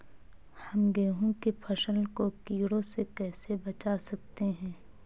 हम गेहूँ की फसल को कीड़ों से कैसे बचा सकते हैं?